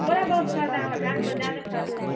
थोड़ा बहुत फलता होगा ढाट पर ज़्यादा फलता है